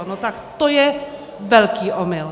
No tak to je velký omyl!